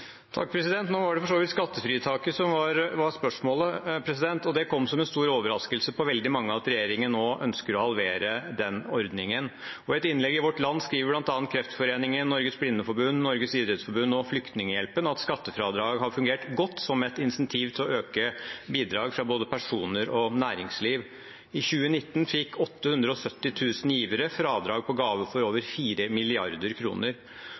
Nå var det for så vidt skattefritaket som var spørsmålet. Det kom som en stor overraskelse på veldig mange at regjeringen nå ønsker å halvere den ordningen. I et innlegg i Vårt Land skriver bl.a. Kreftforeningen, Norges Blindeforbund, Norges idrettsforbund og Flyktninghjelpen at skattefradrag har fungert godt som et insentiv til å øke bidrag fra både personer og næringsliv. I 2019 fikk 870 000 givere fradrag for gaver på over